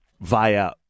via